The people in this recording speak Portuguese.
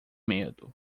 medo